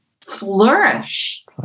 flourish